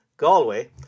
Galway